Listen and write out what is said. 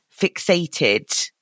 fixated